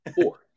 four